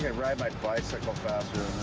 yeah ride my bicycle faster